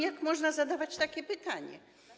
Jak można zadawać takie pytanie?